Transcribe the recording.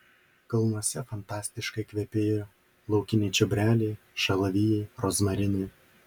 kalnuose fantastiškai kvepėjo laukiniai čiobreliai šalavijai rozmarinai